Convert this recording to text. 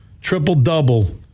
triple-double